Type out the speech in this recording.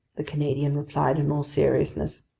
the canadian replied in all seriousness,